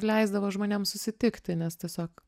leisdavo žmonėm susitikti nes tiesiog